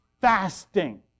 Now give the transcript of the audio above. fasting